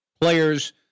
players